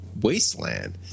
wasteland